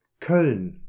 Köln